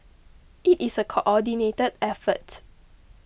it is a coordinated effort